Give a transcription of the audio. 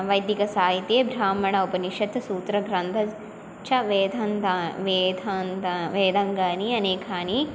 वैदिकसाहित्ये ब्राह्मणः उपनिषत् सूत्रग्रन्थस्य च वेदान्तः वेदान्तः वेदाङ्गानि अनेकानि